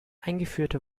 eingeführte